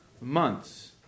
months